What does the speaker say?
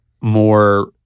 more